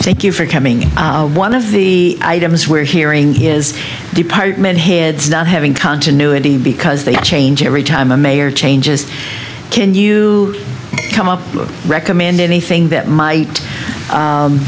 thank you for coming one of the items we're hearing his department heads not having continuity because they change every time a mayor changes can you come up recommend anything that might